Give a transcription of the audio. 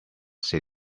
city